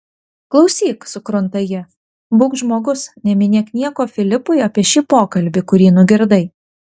klausyk sukrunta ji būk žmogus neminėk nieko filipui apie šį pokalbį kurį nugirdai